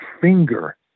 finger